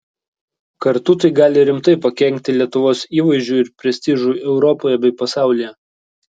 kartu tai gali rimtai pakenkti lietuvos įvaizdžiui ir prestižui europoje bei pasaulyje